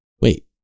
wait